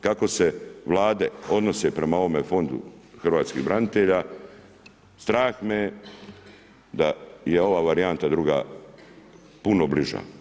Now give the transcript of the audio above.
Kako se vlade odnose prema ovome fondu hrvatskih branitelja, strah me je da je ova varijanta druga puno bliža.